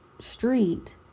street